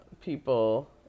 people